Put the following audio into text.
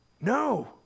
no